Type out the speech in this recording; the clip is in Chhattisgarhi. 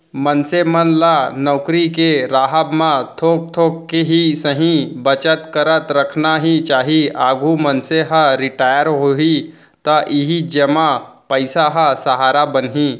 मनसे मन ल नउकरी के राहब म थोक थोक ही सही बचत करत रखना ही चाही, आघु मनसे ह रिटायर होही त इही जमा पइसा ह सहारा बनही